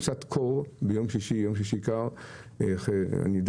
אני יודע